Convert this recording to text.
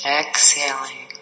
exhaling